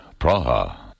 Praha